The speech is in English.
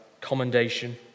commendation